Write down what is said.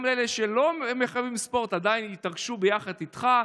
גם אלה שלא מחבבים ספורט עדיין התרגשו יחד איתך,